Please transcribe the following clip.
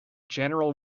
general